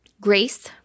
Grace